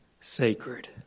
sacred